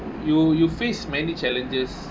you you faced many challenges